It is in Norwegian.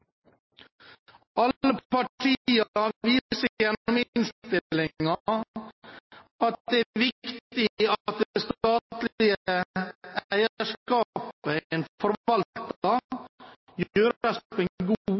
Alle partiene viser gjennom innstillingen at det er viktig at det statlige eierskapet en forvalter, gjøres på en god og profesjonell måte. Det er også en